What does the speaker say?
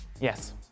Yes